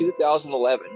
2011